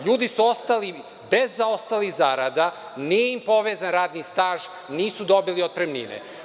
Ljudi su ostali bez zaostalih zarada, nije im povezan radni staž, nisu dobili otpremnine.